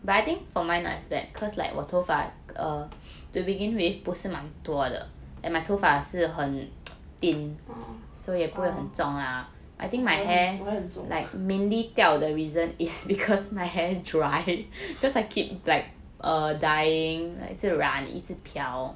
oh oh 我的很重